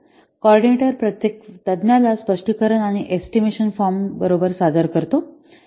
संयोजक प्रत्येक तज्ञाला स्पष्टीकरण आणि एस्टिमेशन फॉर्म बरोबर सादर करतो